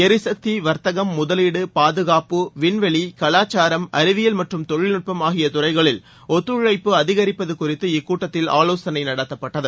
எரிசக்தி வர்த்தகம் முதலீடு பாதுகாப்பு விண்வெளி கலாச்சாரம் அறிவியல் மற்றும் தொழில்நுட்பம் ஆகிய துறைகளில் ஒத்துழைப்பு அதிகரிப்பது குறித்து இக்கூட்டத்தில் ஆலோசனை நடத்தப்பட்டது